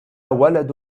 ولد